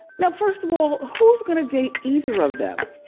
now first of all, who's gonna date either of them?